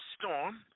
storm